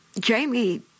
Jamie